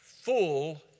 full